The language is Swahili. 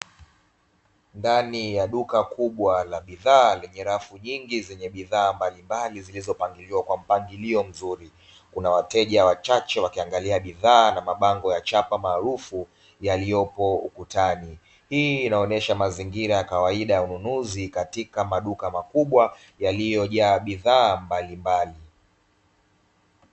Ndani ya duka kubwa la bidhaa lenye rafu nyingi zenye bidhaa mbalimbali zilizopangiliwa kwa mpangilio mzuri. Kuna wateja wachache wakiangalia bidhaa na mabango ya chapa maarufu yaliyopo ukutani. Hii inaonyesha mazingira ya kawaida ya ununuzi katika maduka makubwa yaliyo jaa bidhaa mbalimbali.